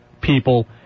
people